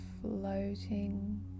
floating